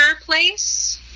place